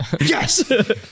Yes